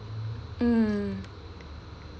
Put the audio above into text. um